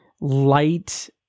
light